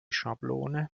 schablone